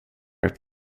upp